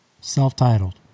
Self-titled